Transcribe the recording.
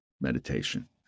meditation